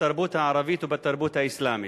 בתרבות הערבית ובתרבות האסלאמית.